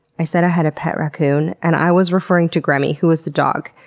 i said i had a pet raccoon, and i was referring to gremmie, who is a dog,